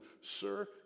Sir